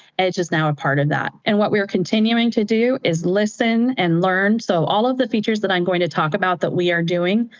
edge is now a part of that. and what we're continuing to do is listen and learn. so all of the features that i'm going to talk about that we are doing,